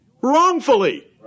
wrongfully